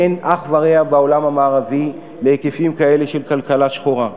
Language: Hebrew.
אין אח ורע בעולם המערבי להיקפים כאלה של כלכלה שחורה.